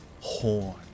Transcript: horn